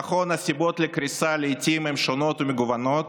נכון, הסיבות לקריסה הן לעיתים שונות ומגוונות,